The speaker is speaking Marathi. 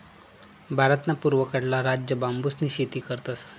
भारतना पूर्वकडला राज्य बांबूसनी शेती करतस